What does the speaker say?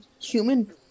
human